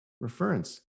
reference